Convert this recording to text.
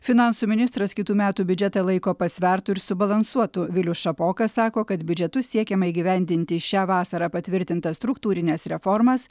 finansų ministras kitų metų biudžetą laiko pasvertu ir subalansuotu vilius šapoka sako kad biudžetu siekiama įgyvendinti šią vasarą patvirtintas struktūrines reformas